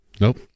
Nope